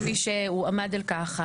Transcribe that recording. כפי שהוא עמד על כך,